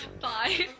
Bye